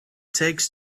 takes